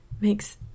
makes